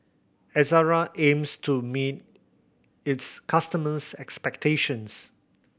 Ezerra aims to meet its customers' expectations